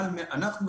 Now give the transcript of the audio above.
אנחנו,